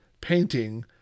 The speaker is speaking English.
painting